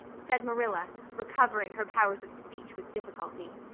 said marilla, recovering her powers of speech with difficulty.